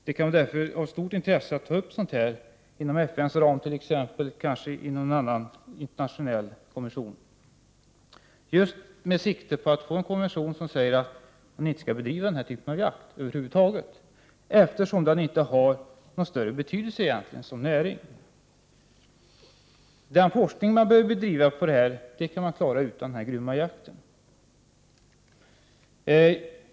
Det kan därför vara av stort intresse att ta upp frågan inom t.ex. FN:s ram eller inom någon annan internationell kommission, med sikte på att få en konvention som säger att man över huvud taget inte skall bedriva den här typen av jakt eftersom den inte har någon större betydelse som näring. Den forskning som behövs på området kan man klara utan den grymma jakten.